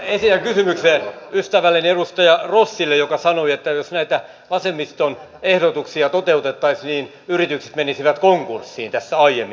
esitän kysymyksen ystävälleni edustaja rossille joka sanoi että jos näitä vasemmiston ehdotuksia toteutettaisiin niin yritykset menisivät konkurssiin tässä aiemmin